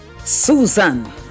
Susan